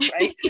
right